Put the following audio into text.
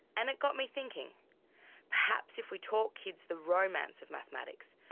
and got me thinking perhaps if we taught kids the romance of mathematics,